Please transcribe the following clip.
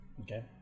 Okay